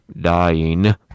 dying